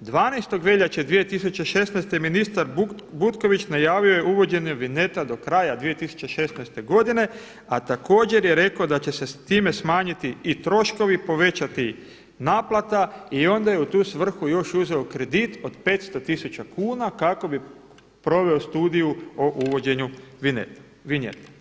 12. veljače 2016. ministar Butković najavio je uvođenje vinjeta do kraja 2016. godine, a također je rekao da će se time smanjiti i troškovi, povećati naplata i onda je u tu svrhu još uzeo kredit od 500 tisuća kuna kako bi proveo studiju o uvođenju vinjeta.